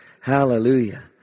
Hallelujah